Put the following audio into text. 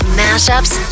mashups